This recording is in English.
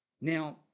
Now